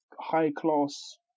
high-class